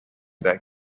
that